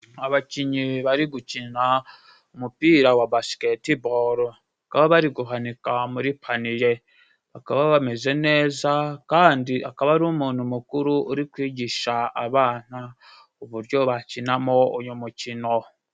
Abakinnyi bari gukina umupira wa basiketiboro. Bakaba bari guhanika muri paniye. Bakaba bameze neza, kandi akaba ari umuntu mukuru uri kwigisha abana uburyo bakinamo uyu mukino.